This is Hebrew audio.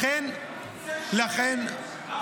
לכן --- זה שקר.